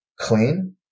clean